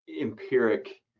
empiric